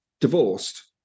divorced